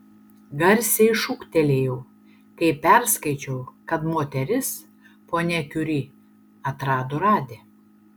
garsiai šūktelėjau kai perskaičiau kad moteris ponia kiuri atrado radį